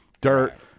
dirt